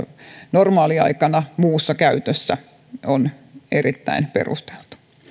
normaaliaikana muussa käytössä on erittäin perusteltu